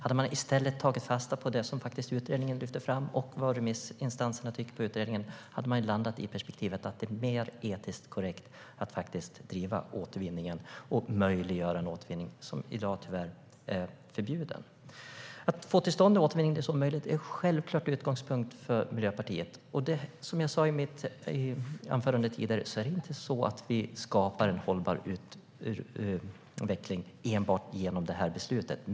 Om ni i stället hade tagit fasta på det som utredningen lyfter fram och det som remissinstanserna har tyckt om utredningen skulle ni ha landat i perspektivet att det är mer etiskt korrekt att driva återvinningen och möjliggöra en återvinning som tyvärr är förbjuden i dag. För Miljöpartiet är det självklart en utgångspunkt att få igång en återvinning så snart som möjligt. Som jag sa i mitt anförande tidigare skapar vi inte en hållbar utveckling enbart genom detta beslut.